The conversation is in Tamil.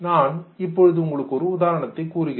நான் இப்போது உங்களுக்கு ஒரு உதாரணத்தைக் கூறுகிறேன்